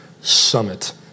summit